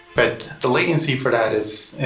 but the latency for that is